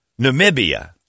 Namibia